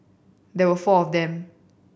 there were four of them